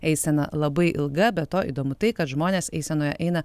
eisena labai ilga be to įdomu tai kad žmonės eisenoje eina